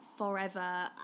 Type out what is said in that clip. forever